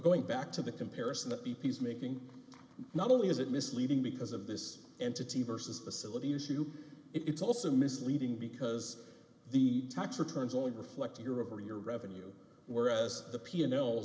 going back to the comparison that b p is making not only is it misleading because of this entity versus the syllabi issue it's also misleading because the tax returns only reflect your over your revenue whereas the p an